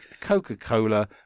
Coca-Cola